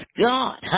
God